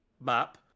map